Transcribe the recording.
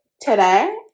Today